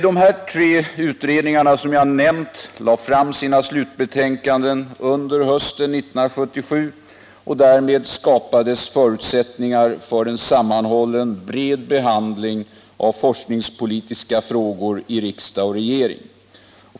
De tre utredningar som jag nämnt lade fram sina slutbetänkanden under hösten 1977. Därmed skapades förutsättningar för en sammanhållen bred behandling av forskningspolitiska frågor i riksdag och regering.